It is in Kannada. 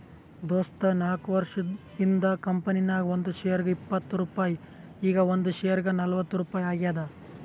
ದೋಸ್ತ ನಾಕ್ವರ್ಷ ಹಿಂದ್ ಕಂಪನಿ ನಾಗ್ ಒಂದ್ ಶೇರ್ಗ ಇಪ್ಪತ್ ರುಪಾಯಿ ಈಗ್ ಒಂದ್ ಶೇರ್ಗ ನಲ್ವತ್ ರುಪಾಯಿ ಆಗ್ಯಾದ್